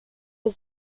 was